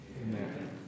Amen